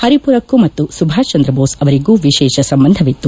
ಪರಿಮರಕ್ಕೂ ಮತ್ತು ಸುಭಾಷ್ ಚಂದ್ರ ಬೋಸ್ ಅವರಿಗೂ ಎಶೇಷ ಸಂಬಂಧವಿತ್ತು